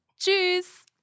Tschüss